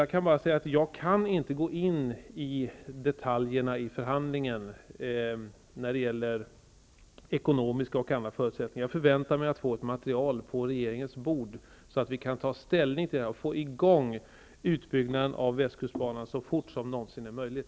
Jag kan bara säga att jag inte kan gå in på detaljer i förhandlingen när det gäller ekonomiska och andra förutsättningar. Jag förväntar mig att vi skall få ett material på regeringens bord för att kunna ta ställning till detta och få i gång utbyggnaden av västkustbanan så fort som det någonsin är möjligt.